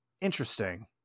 interesting